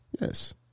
Yes